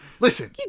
Listen